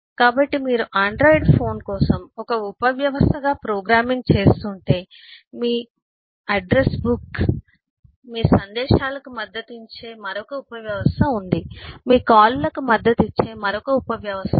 కాబట్టి మీరు Android phone కోసం ఒక ఉపవ్యవస్థగా ప్రోగ్రామింగ్ చేస్తుంటే మీ చిరునామా పుస్తకం మీ సందేశాలను మద్దతు ఇచ్చే మరొక ఉపవ్యవస్థ ఉంది మీ కాల్లకు మద్దతు ఇచ్చే మరొక ఉపవ్యవస్థ ఉంది